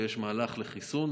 ויש מהלך לחיסון.